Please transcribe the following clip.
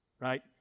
Right